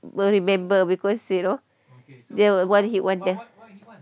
will remember because you know they would want he went there